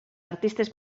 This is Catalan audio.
artistes